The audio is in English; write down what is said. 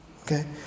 Okay